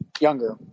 younger